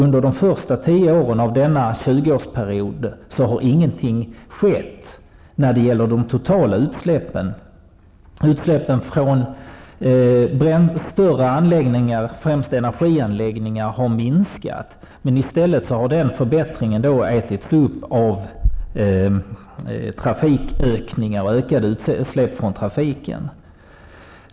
Under de första tio åren av tjugoårsperioden har ingenting skett när det gäller de totala utsläppen. Utsläppen från större anläggningar, främst energianläggningar, har minskat. Den förbättringen har i stället ätits upp av ökade utsläpp från trafiken.